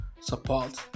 support